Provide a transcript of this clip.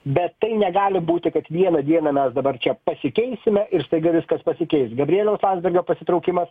bet tai negali būti kad vieną dieną mes dabar čia pasikeisime ir staiga viskas pasikeis gabrieliaus landsbergio pasitraukimas